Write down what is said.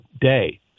day